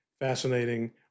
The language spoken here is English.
fascinating